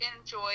enjoy